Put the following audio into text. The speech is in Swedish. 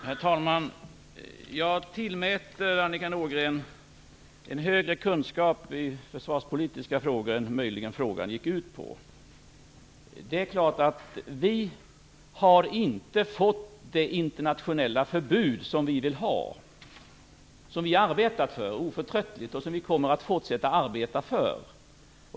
Herr talman! Jag tillmäter Annika Nordgren en högre kunskap i försvarspolitiska frågor än vad möjligen frågan gick ut på. Det är klart att vi inte har fått det internationella förbud som vi ville ha, vilket vi arbetar oförtröttligt för och som vi kommer att fortsätta arbeta för.